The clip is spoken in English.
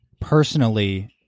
personally